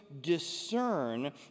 discern